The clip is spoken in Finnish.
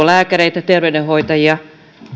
lääkäreitä terveydenhoitajia